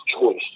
choice